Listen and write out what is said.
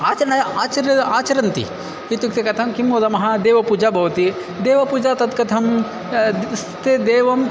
आचरणे आचर आचरन्ति इत्युक्ते कथं किं वदामः देवपूजा भवति देवपूजा तत् कथं ते देवम्